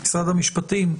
משרד המשפטים,